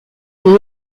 une